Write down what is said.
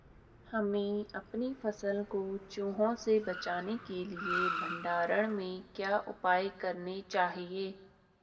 हमें अपनी फसल को चूहों से बचाने के लिए भंडारण में क्या उपाय करने चाहिए?